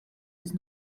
das